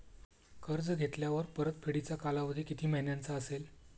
कर्ज घेतल्यावर परतफेडीचा कालावधी किती महिन्यांचा असेल?